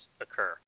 occur